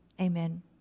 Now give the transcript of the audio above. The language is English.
Amen